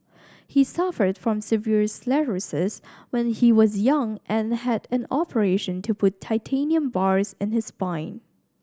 he suffered from severe sclerosis when he was young and had an operation to put titanium bars in his spine